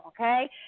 okay